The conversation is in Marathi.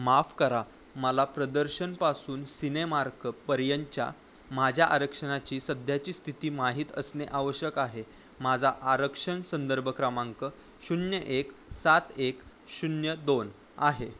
माफ करा मला प्रदर्शनापासून सिनेमार्कपर्यंतच्या माझ्या आरक्षणाची सध्याची स्थिती माहीत असणे आवश्यक आहे माझा आरक्षण संदर्भ क्रमांक शून्य एक सात एक शून्य दोन आहे